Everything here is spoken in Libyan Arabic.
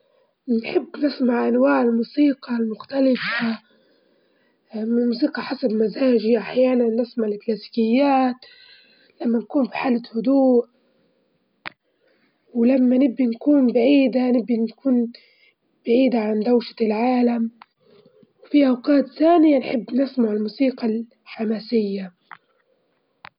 أول حاجة نفصل الكهربا عن المصباح، وبعدين ناخد المصباح الجديم ونلفه بعكس عقارب الساعة ونركب المصباح الجديد بنفس الطريقة، ونتأكد من إنه مثبت بشكل صحيح قبل ما قبل ما نعيد تشغيل الكهربا مرة ثانية.